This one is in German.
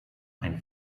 ein